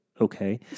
okay